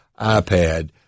iPad